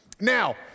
Now